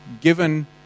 given